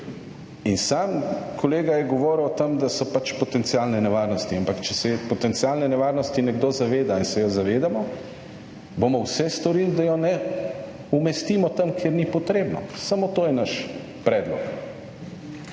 in sam kolega je govoril o tem, da so pač potencialne nevarnosti, ampak če se potencialne nevarnosti nekdo zaveda in se jo zavedamo, bomo vse storili, da jo ne umestimo tam, kjer ni potrebno, samo to je naš predlog